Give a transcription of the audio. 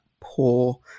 poor